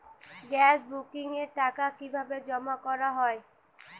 Gas বুকিংয়ের টাকা কিভাবে জমা করা হয়?